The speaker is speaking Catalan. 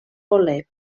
voler